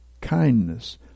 kindness